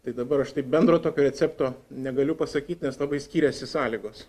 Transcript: tai dabar aš taip bendro tokio recepto negaliu pasakyt nes labai skiriasi sąlygos